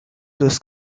dos